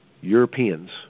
Europeans